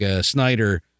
Snyder